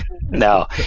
No